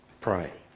Pray